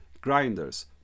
grinders